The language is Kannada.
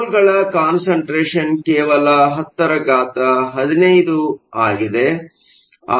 ಹೋಲ್holeಗಳ ಕಾನ್ಸಂಟ್ರೇಷನ್concentration ಕೇವಲ 105 ಆಗಿದೆ